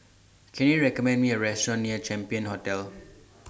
Can YOU recommend Me A Restaurant near Champion Hotel